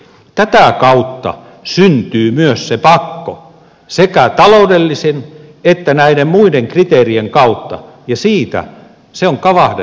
tätä kautta syntyy myös se pakko sekä taloudellisin että näiden muiden kriteerien kautta ja se on kavahdettava asia